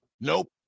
Nope